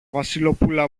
βασιλοπούλα